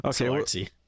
Okay